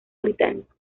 británico